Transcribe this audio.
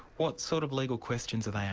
what sort of legal questions are they